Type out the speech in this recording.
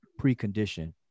precondition